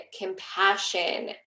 compassion